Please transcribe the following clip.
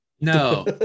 No